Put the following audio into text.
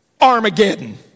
Armageddon